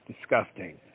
disgusting